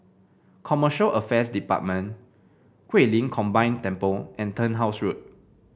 Commercial Affairs Department Guilin Combine Temple and Turnhouse Road